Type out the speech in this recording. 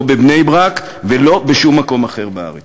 לא בבני-ברק ולא בשום מקום אחר בארץ.